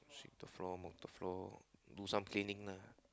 sweep the floor mop the floor do some cleaning lah